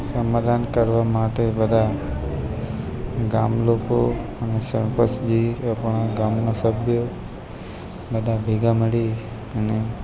સમાધાન કરવા માટે બધા ગામ લોકો અને સરપંચજી એ પણ ગામના સભ્યો બધા ભેગા મળી અને